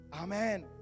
Amen